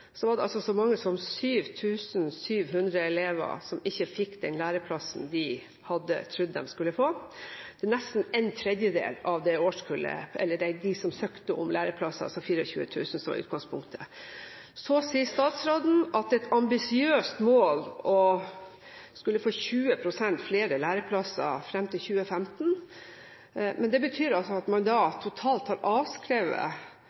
så mange som 7 700 elever som ikke fikk den læreplassen de trodde de skulle få – nesten en tredjedel av dem som søkte om læreplasser, altså av 24 000 i utgangspunktet. Så sier statsråden at det er et ambisiøst mål å skulle få 20 pst. flere læreplasser fram til 2015. Det betyr altså at man